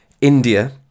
India